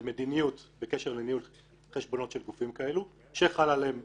גם אם מישהו שהוא בפעילות בסכומים כאלה נמוכים,